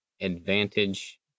advantage